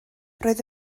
roedd